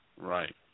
Right